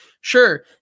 Sure